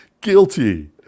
Guilty